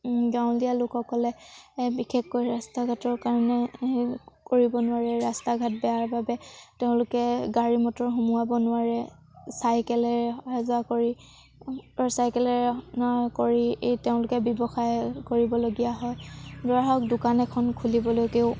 গাঁৱলীয়া লোকসকলে বিশেষকৈ ৰাস্তা ঘাটৰ কাৰণে কৰিব নোৱাৰে ৰাস্তা ঘাট বেয়াৰ বাবে তেওঁলোকে গাড়ী মটৰ সোমোৱাব নোৱাৰে চাইকেলেৰে অহা যোৱা কৰি মটৰচাইকেলেৰে অহা যোৱা কৰি এই তেওঁলোকে ব্যৱসায় কৰিবলগীয়া হয় ধৰা হওক দোকান এখন খুলিবলৈকৈয়ো